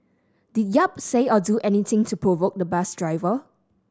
did Yap say or do anything to provoke the bus driver